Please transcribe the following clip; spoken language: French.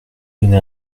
donné